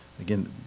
again